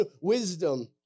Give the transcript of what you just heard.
wisdom